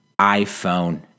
iPhone